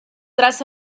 tras